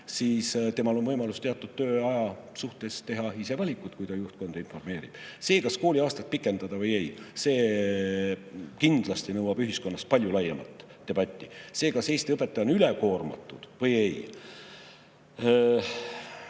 – temal on võimalus teatud tööaja suhtes teha ise valikuid, kui ta juhtkonda informeerib. See, kas kooliaastat pikendada või ei, kindlasti nõuab ühiskonnas palju laiemat debatti. See, kas Eesti õpetaja on üle koormatud või ei